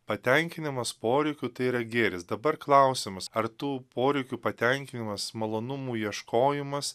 patenkinimas poreikių tai yra gėris dabar klausimas ar tų poreikių patenkinimas malonumų ieškojimas